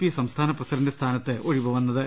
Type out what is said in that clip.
P സംസ്ഥാന president സ്ഥാനത്ത് ഒഴിവു വന്നത്